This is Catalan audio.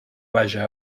vaja